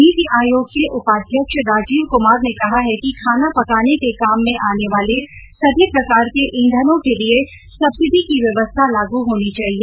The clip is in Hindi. नीति आयोग के उपाध्यक्ष राजीव क्मार ने कहा है कि खाना पकाने के काम में आने वाले सभी प्रकार के ईंधनों के लिए सब्सिडी की व्यवस्था लागू होनी चाहिए